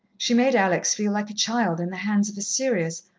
she made alex feel like a child in the hands of a serious,